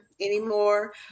anymore